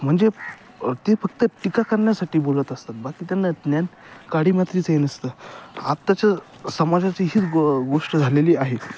म्हणजे ते फक्त टिका करण्यासाठी बोलत असतात बाकी त्यांना ज्ञान काडीमात्राचही नसतं आत्ताच्या समाजाची हीच गो गोष्ट झालेली आहे